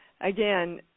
Again